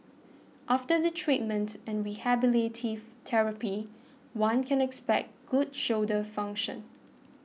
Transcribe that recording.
after the treatment and rehabilitative therapy one can expect good shoulder function